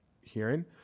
hearing